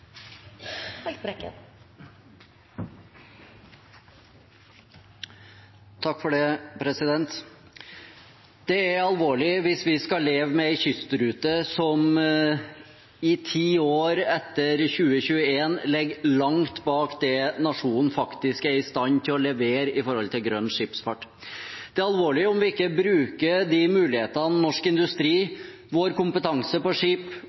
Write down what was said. alvorlig hvis vi skal leve med en kystrute som i ti år etter 2021 ligger langt bak det nasjonen faktisk er i stand til å levere med hensyn til grønn skipsfart. Det er alvorlig om vi ikke bruker de mulighetene norsk industri, vår kompetanse på skip